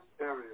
area